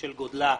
בשל גודלה,